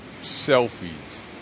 selfies